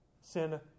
Sin